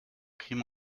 crime